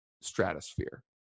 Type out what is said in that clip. stratosphere